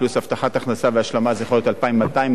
פלוס הבטחת הכנסה והשלמה זה יכול להגיע ל-2,200,